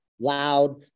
loud